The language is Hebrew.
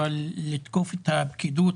אבל לתקוף את הפקידות